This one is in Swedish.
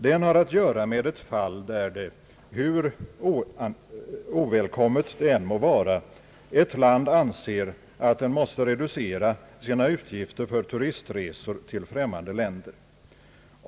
Den har att göra med ett fall, där — hur ovälkommet det än må vara — ett land anser att det måste reducera sina utgifter för turistresor till främmande länder.